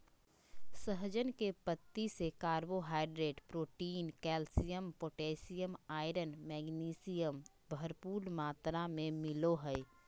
सहजन के पत्ती से carbohydrate, protein, calcium, potassium, iron, magnesium, भरपूर मात्रा में मिलो हइ